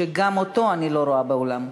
שגם אותו אני לא רואה באולם.